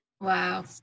wow